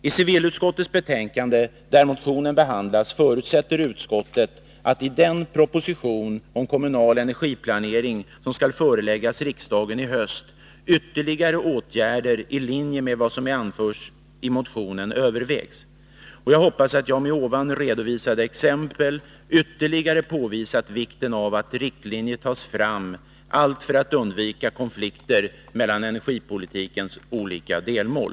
I civilutskottets betänkande, där motionen behandlas, förutsätter utskottet att ytterligare åtgärder i linje med vad som anförs i motionen skall övervägas vid beredningen av den proposition om kommunal energiplanering som skall föreläggas riksdagen i höst. Jag hoppas att jag med de nu redovisade exemplen ytterligare har påvisat vikten av att riktlinjer utformas, allt för att undvika konflikter mellan energipolitikens olika delmål.